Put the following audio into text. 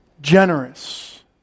generous